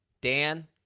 Dan